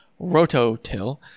rototill